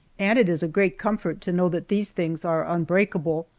and it is a great comfort to know that these things are unbreakable,